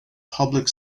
public